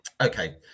okay